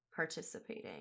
participating